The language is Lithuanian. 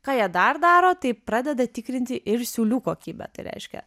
ką jie dar daro tai pradeda tikrinti ir siūlių kokybę tai reiškia